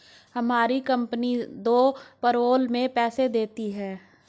हमारी कंपनी दो पैरोल में पैसे देती है